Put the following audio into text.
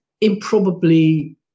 improbably